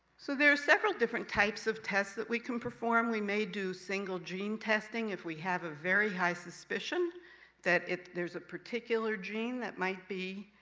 so there are several different types of tests that we can perform. we may do single gene testing if we have a very high suspicion that it there's a particular gene that might be